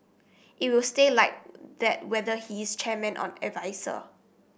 it will stay like that whether he is chairman on adviser